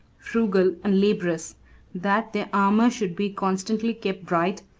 frugal, and laborous that their armor should be constantly kept bright,